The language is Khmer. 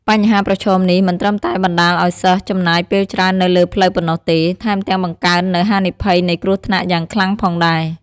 បញ្ហាប្រឈមនេះមិនត្រឹមតែបណ្ដាលឱ្យសិស្សចំណាយពេលច្រើននៅលើផ្លូវប៉ុណ្ណោះទេ ថែមទាំងបង្កើននូវហានិភ័យនៃគ្រោះថ្នាក់យ៉ាងខ្លាំងផងដែរ។